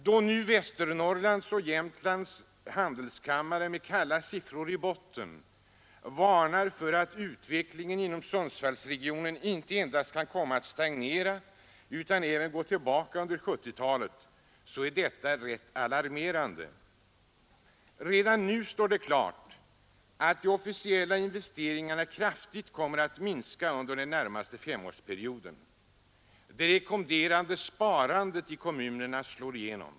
Då nu Västernorrlands och Jämtlands handelskammare med kalla siffror i botten varnar för att sysselsättningen inom Sundsvallsregionen kan komma att inte endast stagnera utan även gå tillbaka under 1970-talet, är detta rätt alarmerande. Redan nu står det klart att de offentliga investeringarna kraftigt kommer att minska under den närmaste femårsperioden. Det rekommenderade sparandet i kommunerna slår igenom.